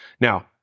Now